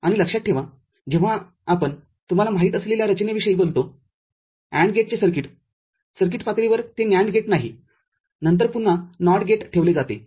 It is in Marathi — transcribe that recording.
आणि लक्षात ठेवा जेव्हा आपण तुम्हाला माहीत असलेल्या रचणेविषयी बोलतो AND गेटचेसर्किट सर्किट पातळीवर ते NAND गेटनाही नंतर पुन्हा नॉट गेट ठेवले जाते